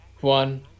one